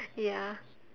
ya